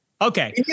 Okay